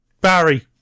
Barry